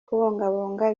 kubungabunga